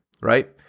right